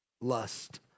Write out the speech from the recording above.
Lust